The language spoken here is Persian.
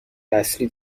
اصلی